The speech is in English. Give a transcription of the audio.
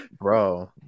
bro